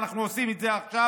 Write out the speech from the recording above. ואנחנו עושים את זה עכשיו,